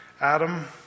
Adam